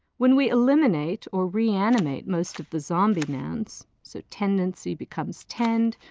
when we eliminate, or reanimate, most of the zombie nouns, so tendency becomes tend,